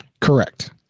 Correct